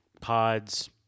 pods